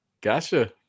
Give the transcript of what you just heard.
Gotcha